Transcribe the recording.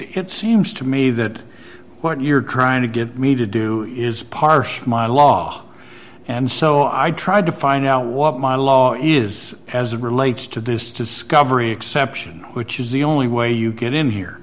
it seems to me that what you're trying to get me to do is partially law and so i tried to find out what my law is as it relates to this discovery exception which is the only way you get in here